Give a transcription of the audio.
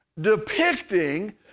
depicting